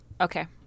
Okay